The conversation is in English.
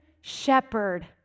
shepherd